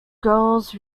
girls